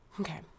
Okay